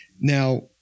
Now